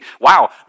wow